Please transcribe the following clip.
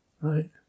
right